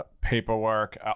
paperwork